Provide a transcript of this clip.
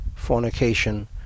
fornication